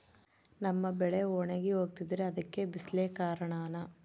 ನಮ್ಮ ಬೆಳೆ ಒಣಗಿ ಹೋಗ್ತಿದ್ರ ಅದ್ಕೆ ಬಿಸಿಲೆ ಕಾರಣನ?